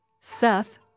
Seth